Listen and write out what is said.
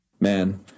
man